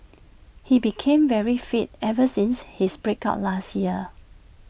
he became very fit ever since his break up last year